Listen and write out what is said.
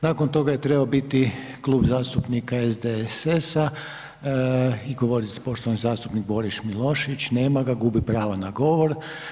Nakon toga je trebao biti Klub zastupnika SDSS-a i govoriti poštovani zastupnik Boris Milošević, nema ga, gubi pravo na govor.